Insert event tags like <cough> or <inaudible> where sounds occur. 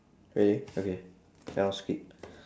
really okay then i'll skip <breath>